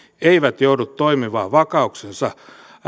eivät joudu toimimaan vakaumuksensa